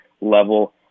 level